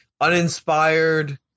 Uninspired